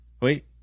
Wait